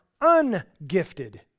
ungifted